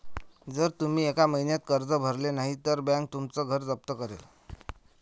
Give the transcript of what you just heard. जर तुम्ही एका महिन्यात कर्ज भरले नाही तर बँक तुमचं घर जप्त करेल